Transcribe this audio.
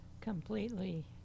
completely